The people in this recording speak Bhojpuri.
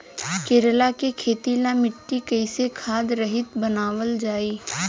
करेला के खेती ला मिट्टी कइसे खाद्य रहित बनावल जाई?